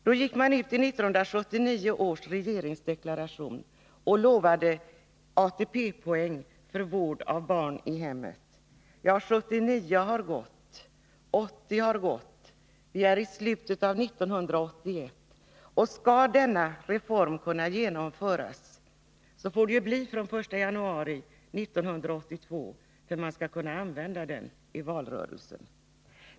I 1979 års regeringsdeklaration lovade man ATP-poäng för vård av barn i hemmet. Ja, 1979 har gått, och 1980 har gått. Vi är i slutet av 1981, och skall denna reform kunna genomföras, så får den ju träda i kraft fr.o.m. den 1 januari 1982 om man skall kunna använda den i valrörelsen.